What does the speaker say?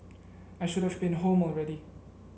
I should have been home already